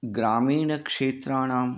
ग्रामीणक्षेत्राणां